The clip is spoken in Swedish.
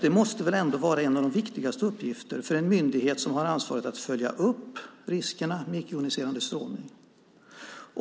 Det måste väl ändå vara en av de viktigaste uppgifterna för en myndighet som har ansvaret att följa upp riskerna med icke-joniserande strålning.